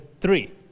three